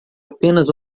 apenas